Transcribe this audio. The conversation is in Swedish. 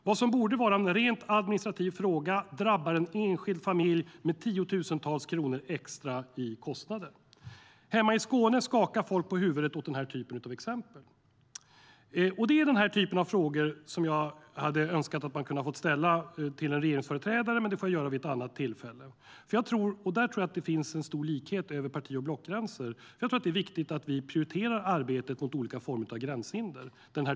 Vad som borde vara en rent administrativ fråga drabbar en enskild familj med tiotusentals kronor i extra kostnader. Hemma i Skåne skakar folk på huvudet åt den här typen av exempel. Den är den här typen av frågor jag hade önskat att få ställa till en regeringsföreträdare, men det får jag göra vid annat tillfälle. Här tror jag att det finns en stor likhet över parti och blockgränser. Jag tror att det är viktigt att vi prioriterar arbetet mot olika former av gränshinder.